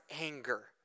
anger